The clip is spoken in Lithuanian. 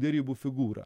derybų figūra